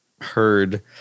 heard